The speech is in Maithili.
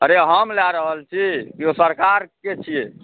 अरे हम लऽ रहल छी कि ओ सरकारके छिए